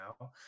now